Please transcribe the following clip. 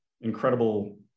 incredible